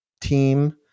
team